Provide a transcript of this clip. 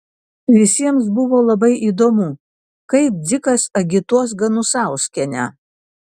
visiems buvo labai įdomu kaip dzikas agituos ganusauskienę